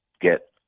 get